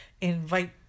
invite